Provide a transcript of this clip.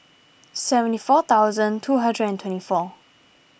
seventy four thousand two hundred and twenty four